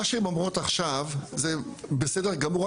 מה שהן אומרות עכשיו זה בסדר גמור.